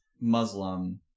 Muslim